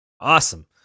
Awesome